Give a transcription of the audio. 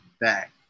back